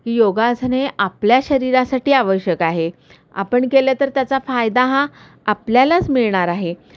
योगासने आपल्या शरीरासाठी आवश्यक आहे आपण केलं तर त्याचा फायदा हा आपल्यालाच मिळणार आहे